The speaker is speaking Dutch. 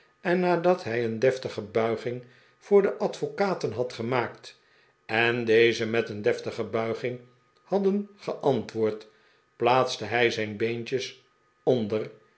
en nadat hij een deftige buiging voor de advocaten had gemaakt en deze met een deftige buiging hadden geantwoord plaatste hij zijn beentjes onder